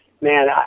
man